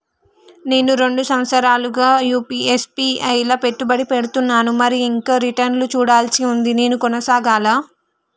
నేను రెండు సంవత్సరాలుగా ల ఎస్.ఐ.పి లా పెట్టుబడి పెడుతున్నాను మరియు ఇంకా రిటర్న్ లు చూడాల్సి ఉంది నేను కొనసాగాలా?